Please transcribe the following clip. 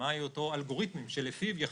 כספים.